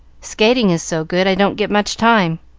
skating is so good, i don't get much time.